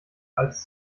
als